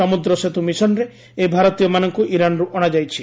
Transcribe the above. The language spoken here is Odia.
ସମୁଦ୍ର ସେତ୍ ମିଶନରେ ଏହି ଭାରତୀୟମାନଙ୍କୁ ଇରାନ୍ରୁ ଅଣାଯାଇଛି